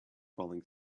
falling